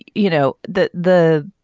you know the the